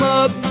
up